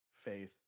faith